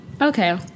okay